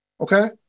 Okay